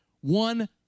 One